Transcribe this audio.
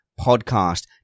Podcast